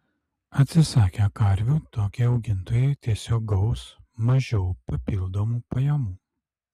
atsisakę karvių tokie augintojai tiesiog gaus mažiau papildomų pajamų